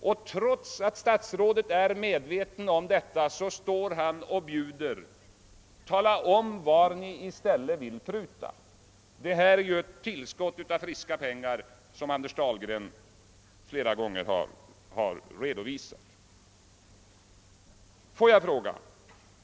Men trots att statsrådet är medveten härom står han här och säger: »Tala om var ni i stället vill pruta!» Här gäller det ju ett tillskott av friska pengar, såsom herr Dahlgren redan flera gånger har understrukit.